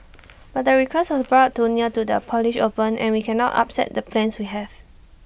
but the request was brought too near to the polish open and we cannot upset the plans we have